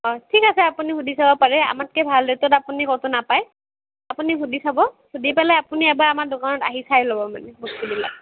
ঠিক আছে আপুনি সুধি চাব পাৰে আমাতকৈ ভাল ৰেটত আপুনি কতো নাপায় আপুনি সুধি চাব সুধি ফেলাই আপুনি এবাৰ আমাৰ দোকানত আহি চাই লব মানে বস্তু বিলাক